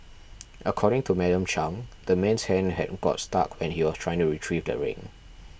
according to Madam Chang the man's hand had got stuck when he was trying to retrieve the ring